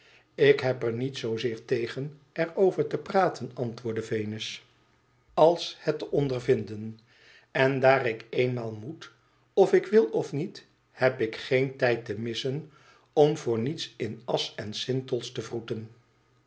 ik heb er niet zoozeer tegen er over te praten antwoordde venus als het te ondervinden en daar ik eenmaal moet of ik wil of niet heb ik geen tijd te missen om voor niets in asch en sintels te wroeten